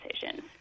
decision